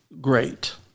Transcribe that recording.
great